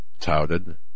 touted